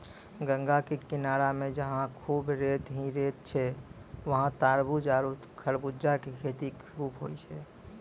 गंगा के किनारा मॅ जहां खूब रेत हीं रेत छै वहाँ तारबूज आरो खरबूजा के खेती खूब होय छै